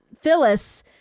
Phyllis